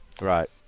Right